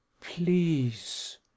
please